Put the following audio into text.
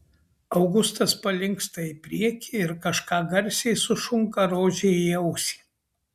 augustas palinksta į priekį ir kažką garsiai sušunka rožei į ausį